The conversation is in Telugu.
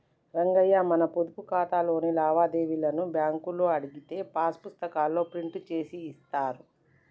రంగయ్య మన పొదుపు ఖాతాలోని లావాదేవీలను బ్యాంకులో అడిగితే పాస్ పుస్తకాల్లో ప్రింట్ చేసి ఇస్తారు